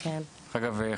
אגב,